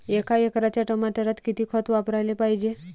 एका एकराच्या टमाटरात किती खत वापराले पायजे?